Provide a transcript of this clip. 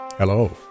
Hello